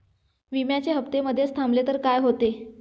विम्याचे हफ्ते मधेच थांबवले तर काय होते?